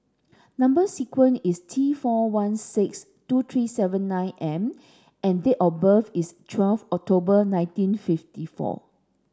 number sequence is T four one six two three seven nine M and date of birth is twelve October nineteen fifty four